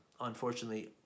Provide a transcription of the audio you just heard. unfortunately